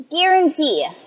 guarantee